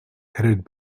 headed